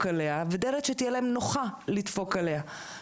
עליה ודלת שתהיה להם נוחה לדפוק עליה.